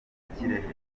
kirehe